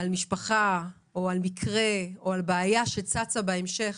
משפחה או על מקרה או על בעיה שצצה בהמשך,